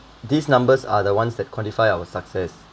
these numbers are the ones that quantify our with success